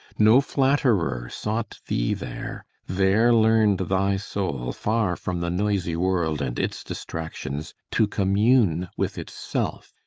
no flatterer sought thee there there learned thy soul, far from the noisy world and its distractions, to commune with itself,